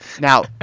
Now